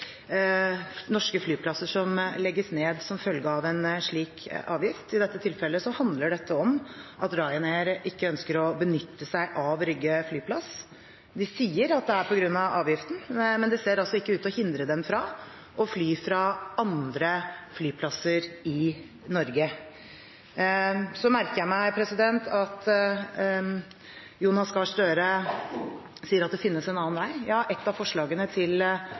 norske flyplasser som legges ned som følge av en slik avgift. I dette tilfellet handler det om at Ryanair ikke ønsker å benytte seg av Rygge flyplass. De sier at det er på grunn av avgiften, men det ser ikke ut til å hindre dem fra å fly fra andre flyplasser i Norge. Jeg merker meg at Jonas Gahr Støre sier at det finnes en annen vei. Ja, et av forslagene